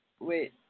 wait